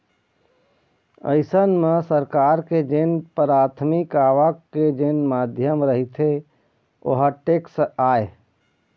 अइसन म सरकार के जेन पराथमिक आवक के जेन माध्यम रहिथे ओहा टेक्स आय